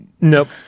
Nope